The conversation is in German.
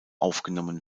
aufgenommen